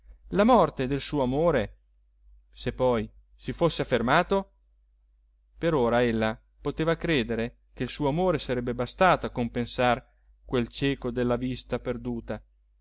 la morte del suo amore se poi si fosse affermato per ora ella poteva credere che il suo amore sarebbe bastato a compensar quel cieco della vista perduta